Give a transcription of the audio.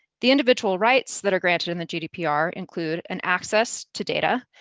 the individual rights that are granted in the gdpr include an access to data,